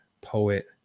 poet